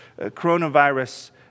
coronavirus